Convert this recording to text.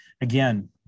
Again